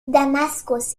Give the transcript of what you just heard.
damaskus